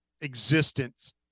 existence